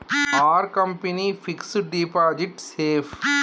Are company fixed deposit safe?